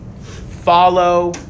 Follow